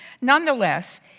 nonetheless